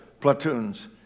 platoons